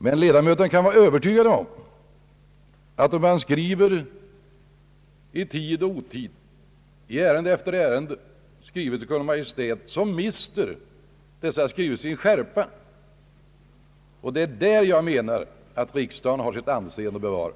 Men ledamöterna kan vara övertygade om att om man i tid och otid, i ärende efter ärende skriver till Kungl. Maj:t, mister dessa skrivelser sin skärpa, och det är på denna punkt jag anser att riksdagen har sitt anseende att bevara.